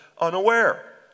unaware